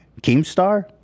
Keemstar